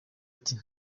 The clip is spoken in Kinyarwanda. ati